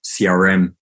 CRM